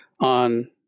on